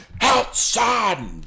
outside